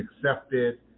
accepted